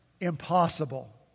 impossible